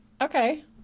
Okay